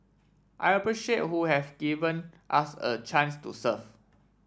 I appreciate who have given us a chance to serve